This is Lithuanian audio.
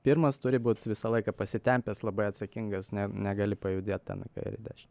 pirmas turi būt visą laiką pasitempęs labai atsakingas ne negali pajudėt ten į kairę į dešinę